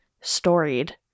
storied